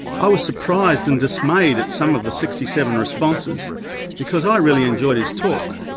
i was surprised and dismayed at some of the sixty seven responses because i really enjoyed his talk.